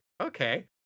okay